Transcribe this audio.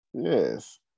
Yes